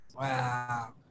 wow